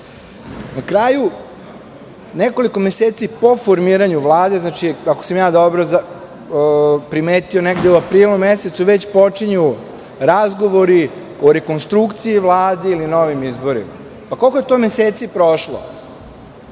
kraju, nekoliko meseci po formiranju Vlade, ako sam ja dobro primetio, negde u aprilu mesecu već počinju razgovori o rekonstrukciji Vlade ili novim izborima. Koliko je to meseci prošlo?